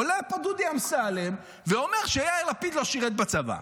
עולה פה דודי אמסלם ואומר שיאיר לפיד לא שירת בצבא.